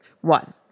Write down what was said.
One